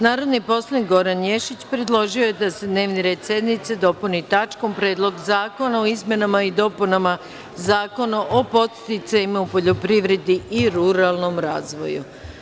Narodni poslanik Goran Ješić, predložio je da se dnevni red sednice dopuni tačkom – Predlog zakona o izmenama i dopunama Zakona o podsticajima u poljoprivredi i ruralnom razvoju.